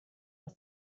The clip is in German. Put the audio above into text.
aus